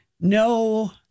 no